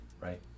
right